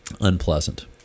unpleasant